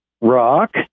rock